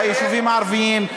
ביישובים הערביים.